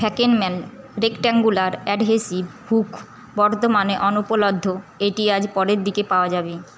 Fackelmann rectangular adhesive hook বর্তমানে অনুপলব্ধ এটি আজ পরের দিকে পাওয়া যাবে